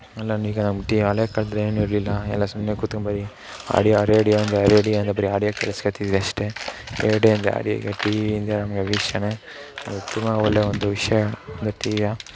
ಎಲ್ಲನೂ ಈಗ ನಮ್ಮ ಟಿ ಹಳೆ ಕಾಲ್ದಲ್ಲಿ ಏನು ಇರಲಿಲ್ಲ ಎಲ್ಲ ಸುಮ್ಮನೆ ಕೂತ್ಕೊಂಡು ಬರಿ ಆಡಿಯೋ ರೇಡಿಯೋ ಇಂದ ರೇಡಿಯೋ ಇಂದ ಬರಿ ಆಡಿಯೋ ಕೇಳಿಸ್ಕೊಳ್ತಿದ್ವಿ ಅಷ್ಟೇ ರೇಡಿಯೋ ಇಂದ ಆಡಿಯೋಗೆ ಟಿವಿಯಿಂದ ನಮಗೆ ವೀಕ್ಷಣೆ ಒಂದು ತುಂಬ ಒಳ್ಳೆ ಒಂದು ವಿಷಯ ಒಂದು ಟಿವಿಯ